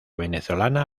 venezolana